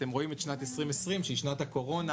אתם רואים את שנת 2020 שהיא שנת הקורונה,